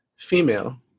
female